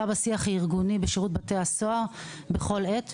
בשיח הארגוני בשירות בתי הסוהר בכל עת,